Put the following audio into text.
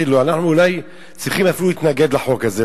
לו: אנחנו אולי צריכים אפילו להתנגד לחוק הזה,